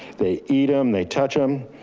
they eat them, they touch them.